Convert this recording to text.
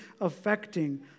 affecting